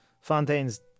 Fontaine's